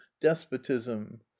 despotism